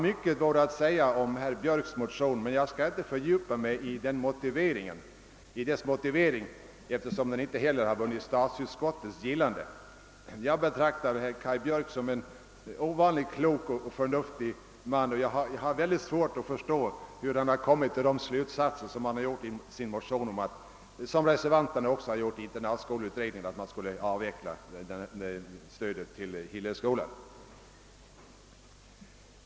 Mycket vore att säga om herr Björks motion, men jag skall inte fördjupa mig i dess motivering, eftersom den inte heller har vunnit statsutskottets gillande. Jag betraktar Kaj Björk som en klok och förnuftig man, och jag har svårt att förstå hur han har kunnat komma till samma slutsats som reservanterna i internatskoleutredningen, nämligen att man borde avveckla stödet till Hillelskolan.